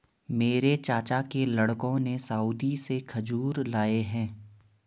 मेरे चाचा के लड़कों ने सऊदी से खजूर लाए हैं